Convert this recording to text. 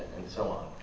and so on?